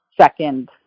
second